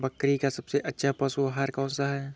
बकरी का सबसे अच्छा पशु आहार कौन सा है?